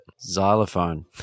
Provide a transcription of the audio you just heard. xylophone